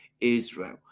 Israel